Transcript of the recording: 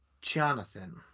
Jonathan